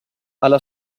alla